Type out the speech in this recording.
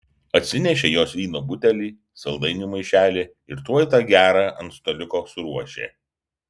atsinešė jos vyno butelį saldainių maišelį ir tuoj tą gerą ant staliuko suruošė